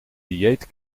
dieet